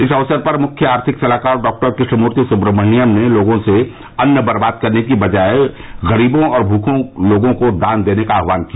इस अवसर पर मुख्य आर्थिक सलाहकार डॉक्टर कृष्णमूर्ति सुब्रहाण्यम ने लोगों से अन्न बर्बाद करने की बजाय गरीबों और भूखे लोगों को देने का आह्वान किया